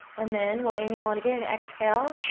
and then we'll inhale in again, exhale.